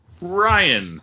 ryan